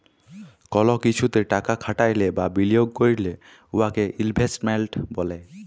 call কিছুতে টাকা খাটাইলে বা বিলিয়গ ক্যইরলে উয়াকে ইলভেস্টমেল্ট ব্যলে